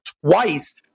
twice